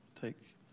take